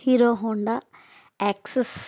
Hero Honda access